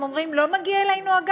הם אומרים: לא מגיע אלינו הגז,